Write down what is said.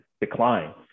decline